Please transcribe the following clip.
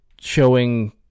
showing